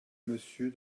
monsieur